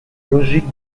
logique